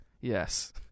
Yes